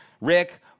Rick